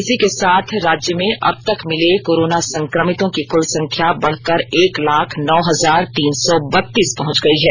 इसी के साथ राज्य में अब तक मिले कोरोना संक्रमितों की कुल संख्या बढ़कर एक लाख नौ हजार तीन सौ बत्तीस पहुंच गई है